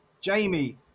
Jamie